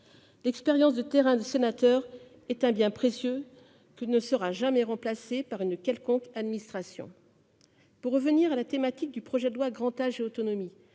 L'expérience de terrain des sénateurs est un bien précieux qui ne sera jamais remplacé par une quelconque administration. Pour revenir à la thématique du projet de loi Grand âge et autonomie,